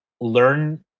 learn